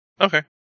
Okay